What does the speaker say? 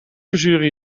verzuren